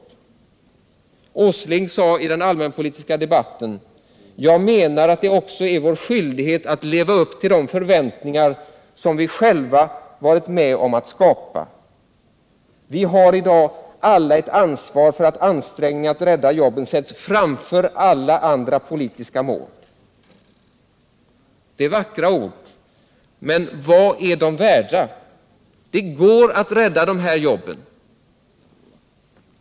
De vädjar till den man som i den allmänpolitiska debatten sade: ”Jag menar att det också är vår skyldighet att leva upp till de förväntningar som vi själva varit med om att skapa. Vi har i dag alla ett ansvar för att ansträngningarna att rädda jobben sätts framför alla andra politiska mål.” Det är vackra ord, men vad är de värda? Det går att rädda dessa jobb.